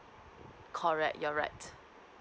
correct you're right